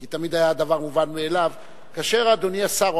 כי תמיד היה הדבר מובן מאליו: כאשר אדוני השר או